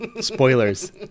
Spoilers